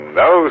no